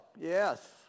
yes